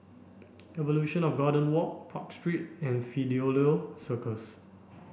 Evolution of Garden Walk Park Street and Fidelio Circus